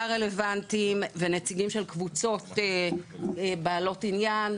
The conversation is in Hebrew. רלוונטיים ונציגים של קבוצות בעלות עניין,